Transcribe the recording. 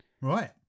Right